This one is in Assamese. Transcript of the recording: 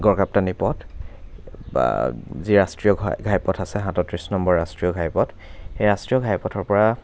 গড়কাপ্তানি পথ বা যি ৰাষ্ট্ৰীয় ঘা ঘাইপথ আছে সাতত্ৰিছ নম্বৰ ৰাষ্ট্ৰীয় ঘাইপথ সেই ৰাষ্ট্ৰীয় ঘাইপথৰ পৰা